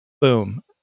boom